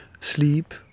sleep